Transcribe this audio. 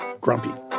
Grumpy